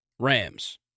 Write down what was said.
Rams